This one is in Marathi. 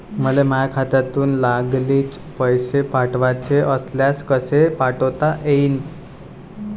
मले माह्या खात्यातून लागलीच पैसे पाठवाचे असल्यास कसे पाठोता यीन?